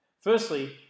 Firstly